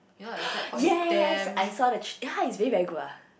yes I saw the ch~ !huh! it's really very good ah